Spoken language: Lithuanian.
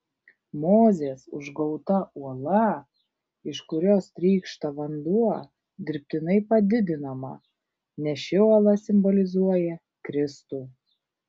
mozės užgauta uola iš kurios trykšta vanduo dirbtinai padidinama nes ši uola simbolizuoja kristų